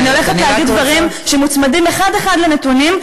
אני הולכת להגיד דברים שמוצמדים אחד-אחד לנתונים,